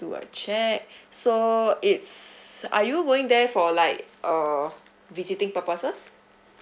do a check so it's are you going there for like err visiting purposes